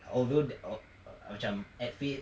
although the err macam at fate